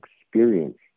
experience